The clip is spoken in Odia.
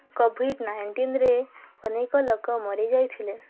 କୋଭିଡ଼୍ ନାଇଣ୍ଟିନ୍ରେ ଅନେକ ଲୋକ ମରିଯାଇଥିଲେ